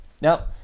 now